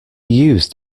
used